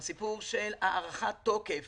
הסיפור של הארכת תוקף